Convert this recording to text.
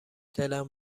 دلم